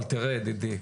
אבל תראה ידידי,